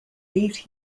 eight